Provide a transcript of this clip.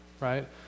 right